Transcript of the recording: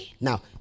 Now